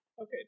Okay